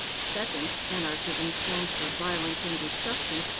second, anarchism stands for violence and destruction,